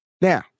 Now